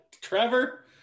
Trevor